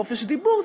חופש דיבור,